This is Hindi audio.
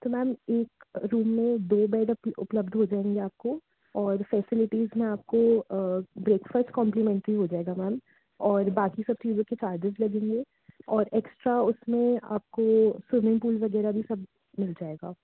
तो मैम एक रूम में दो बैड अब उपलब्ध हो जाएँगे आपको और फैसिलिटीस में आपको ब्रेकफ़स्ट कॉम्प्लीमेंट्री हो जाएगा मैम और बाक़ी सब चीज़ों के चार्जेस लगेंगे और एक्स्ट्रा उसमें आपको स्विमिंग पूल वग़ैरह भी सब मिल जाएगा